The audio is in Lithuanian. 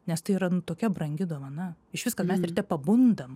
nes tai yra nu tokia brangi dovana iš vis kad mes ryte pabundam